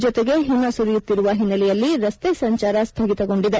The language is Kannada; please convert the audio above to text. ಜಿತೆಗೆ ಹಿಮ ಸುರಿಯುತ್ತಿರುವ ಹಿನ್ನೆಲೆಯಲ್ಲಿ ರಸ್ತೆ ಸಂಚಾರ ಸ್ಥಗಿತಗೊಂಡಿದೆ